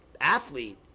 athlete